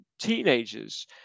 teenagers